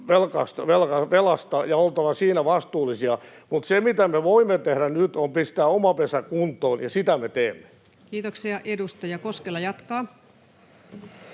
velasta ja oltava siinä vastuullisia. Mutta se, mitä me voimme tehdä nyt, on pistää oma pesä kuntoon, ja sitä me teemme. Kiitoksia. — Edustaja Koskela jatkaa.